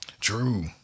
True